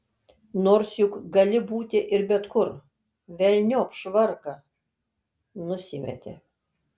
nors juk gali būti ir bet kur velniop švarką nusimetė